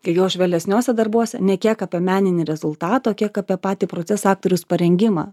kai jau aš vėlesniuose darbuose ne kiek apie meninį rezultatą o kiek apie patį procesą aktorius parengimą